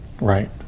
Right